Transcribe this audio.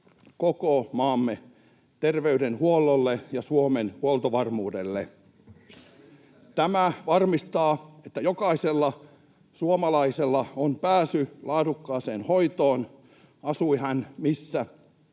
koko maamme terveydenhuollolle ja Suomen huoltovarmuudelle. Tämä varmistaa, että jokaisella suomalaisella on pääsy laadukkaaseen hoitoon, asui hän missä